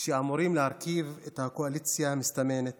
שאמורים להרכיב את הקואליציה המסתמנת